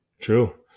True